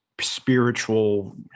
spiritual